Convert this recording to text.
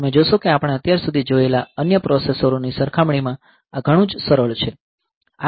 તમે જોશો કે આપણે અત્યાર સુધી જોયેલા અન્ય પ્રોસેસરોની સરખામણી માં આ ઘણું સરળ છે